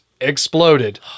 exploded